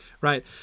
right